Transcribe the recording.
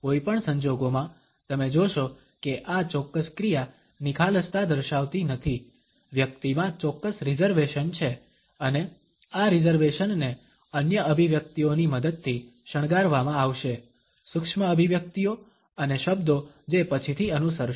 કોઈ પણ સંજોગોમાં તમે જોશો કે આ ચોક્કસ ક્રિયા નિખાલસતા દર્શાવતી નથી વ્યક્તિમાં ચોક્કસ રિઝર્વેશન છે અને આ રિઝર્વેશનને અન્ય અભિવ્યક્તિઓની મદદથી શણગારવામાં આવશે સૂક્ષ્મ અભિવ્યક્તિઓ અને શબ્દો જે પછીથી અનુસરશે